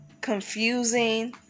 confusing